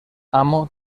amo